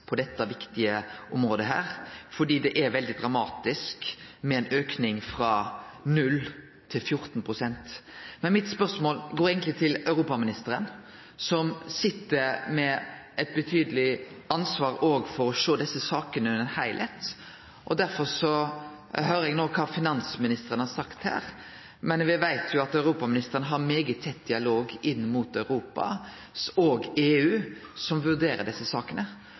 er veldig dramatisk med ein auke frå 0 pst. til 14 pst. Men mitt spørsmål går eigentleg til europaministeren, som sit med eit betydeleg ansvar for å sjå desse sakene under eitt. Eg høyrde kva finansministeren sa her, men me veit at europaministeren har svært tett dialog inn mot Europa og EU, som vurderer desse sakene.